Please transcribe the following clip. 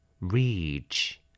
reach